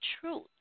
truth